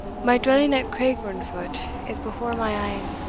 my dwelling at craigburnfoot is before my een,